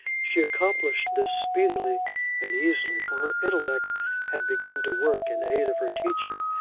she accomplished this speedily and easily, for her intellect had begun to work in aid of her teacher,